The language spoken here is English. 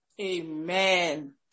Amen